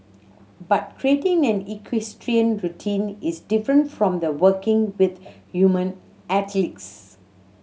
but creating an equestrian routine is different from working with human athletes